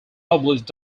published